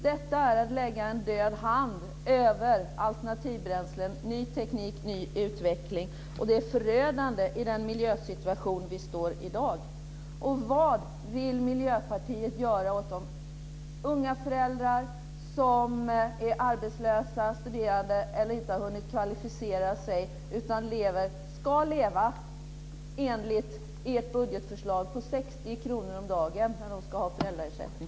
Detta är ett lägga en död hand över alternativbränslen, ny teknik och ny utveckling. Det är förödande i den miljösituation vi har i dag.